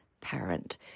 parent